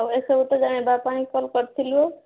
ଆଉ ଏସବୁ ତ ଜାଣିବା ପାଇଁ କଲ୍ କରିଥିଲୁ